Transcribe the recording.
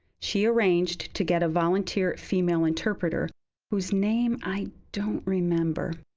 she arranged to get a volunteer female interpreter whose name i don't remember.